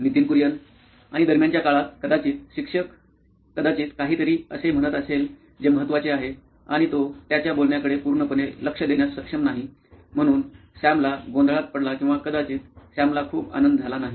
Nitin Kurian COO nine electronics आणि दरम्यानच्या काळात कदाचित शिक्षक कदाचित काहीतरी असे म्हणत असेल जे महत्वाचे आहे आणि तो त्याच्या बोलण्याकडे पूर्णपणे लक्ष देण्यास सक्षम नाही म्हणून सॅमला गोंधळात पडला किंवा कदाचित सॅमला खूप आनंद झाला नाही